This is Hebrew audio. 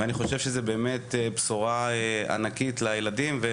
אני חושב שזה באמת בשורה ענקית לילדים.